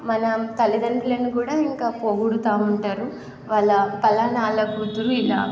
మన తల్లిదండ్రులను కూడా ఇంకా పొగుడతా ఉంటారు వాళ్ళ పలానా వాళ్ళ కూతురు ఇలా